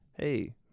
Hey